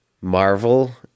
Marvel